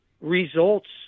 results